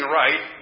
right